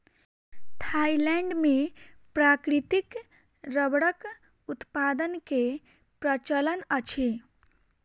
Thailand मे प्राकृतिक रबड़क उत्पादन के प्रचलन अछि